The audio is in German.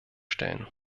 stellen